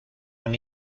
han